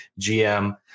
gm